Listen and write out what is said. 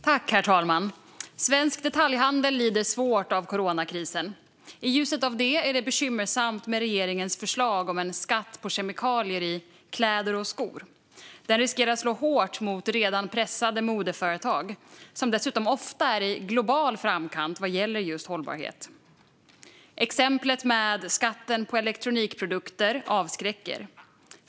Herr talman! Svensk detaljhandel lider svårt av coronakrisen. I ljuset av det är det bekymmersamt med regeringens förslag om en skatt på kemikalier i kläder och skor. Den riskerar att slå hårt mot redan pressade modeföretag, som dessutom ofta är i global framkant vad gäller just hållbarhet. Exemplet med skatten på elektronikprodukter avskräcker.